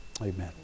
Amen